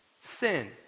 Sin